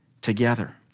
together